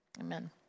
Amen